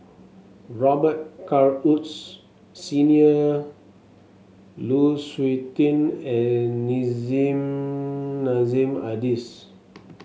Robet Carr Woods Senior Lu Suitin and Nissim Nassim Adis